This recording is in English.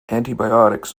antibiotics